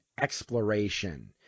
exploration